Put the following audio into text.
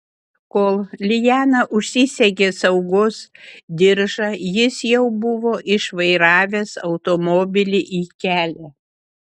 kol liana užsisegė saugos diržą jis jau buvo išvairavęs automobilį į kelią